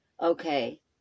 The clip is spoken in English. Okay